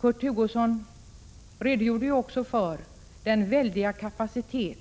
Kurt Hugosson redogjorde också för den väldiga kapacitet